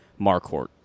Marcourt